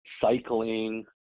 cycling